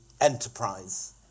enterprise